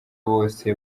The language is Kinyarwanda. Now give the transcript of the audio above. bose